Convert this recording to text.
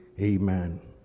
Amen